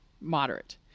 moderate